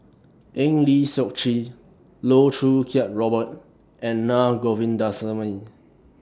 Eng Lee Seok Chee Loh Choo Kiat Robert and Na Govindasamy